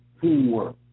teamwork